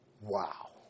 wow